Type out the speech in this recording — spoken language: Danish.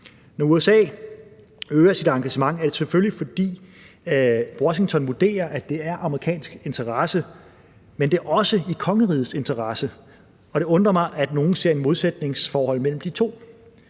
Når USA øger sit engagement, er det selvfølgelig, fordi Washington vurderer, at det er i amerikansk interesse. Men det er også i kongerigets interesse, og det undrer mig, at nogle ser et modsætningsforhold mellem de to.